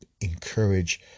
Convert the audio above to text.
encourage